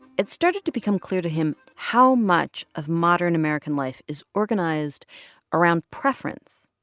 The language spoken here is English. it started to become clear to him how much of modern american life is organized around preference.